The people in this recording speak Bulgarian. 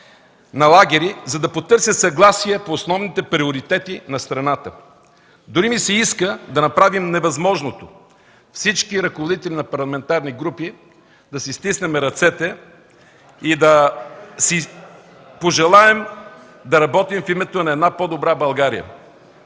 на лагери, за да потърся съгласие по основните приоритети на страната. Дори ми се иска да направим невъзможното – всички ръководители на парламентарни групи да си стиснем ръцете и да си пожелаем да работим в името на една по-добра България.